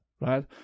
Right